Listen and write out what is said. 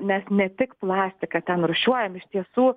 nes ne tik plastiką ten rūšiuojam iš tiesų